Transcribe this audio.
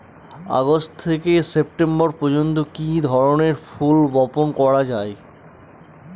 August থেকে September পর্যন্ত কি ধরনের ফুল বপন করা যায়?